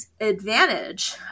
advantage